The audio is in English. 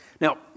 Now